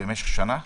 זה במשך שנה?